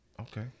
Okay